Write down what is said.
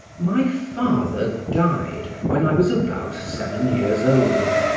my father died when i was about seven years old,